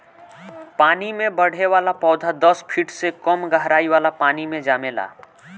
पानी में बढ़े वाला पौधा दस फिट से कम गहराई वाला पानी मे जामेला